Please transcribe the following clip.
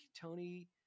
Tony